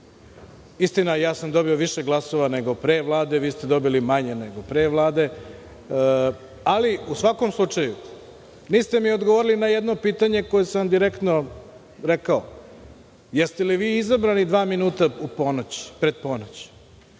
Istina, ja sam dobio više glasova nego pre Vlade, vi ste dobili manje nego pre Vlade. Ali, u svakom slučaju, niste mi odgovorili na jedno pitanje koje sam vam direktno rekao - jeste li vi izabrani dva minuta pred ponoć?